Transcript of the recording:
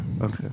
Okay